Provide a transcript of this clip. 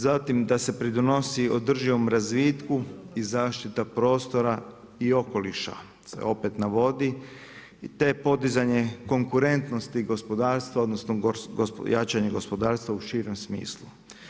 Zatim da se pridonosi održivom razvitku i zaštita prostora i okoliša se opet navodi, te podizanje konkurentnosti gospodarstva, odnosno jačanje gospodarstva u širem smislu.